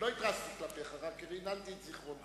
אני לא התרסתי כלפיך, רק רעננתי את זיכרונך.